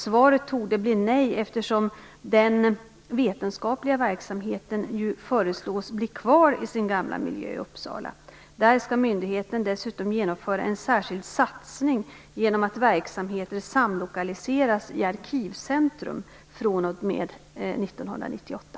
Svaret torde bli nej, eftersom den vetenskapliga verksamheten föreslås bli kvar i sin gamla miljö i Uppsala. Där skall myndigheten dessutom genomföra en särskild satsning genom att verksamheter samlokaliseras i Arkivcentrum fr.o.m. år 1998.